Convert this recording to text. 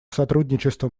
сотрудничество